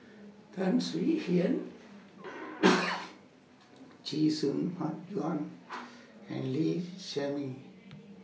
Tan Swie Hian Chee Soon Juan and Lee Shermay